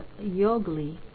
Yogli